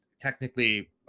technically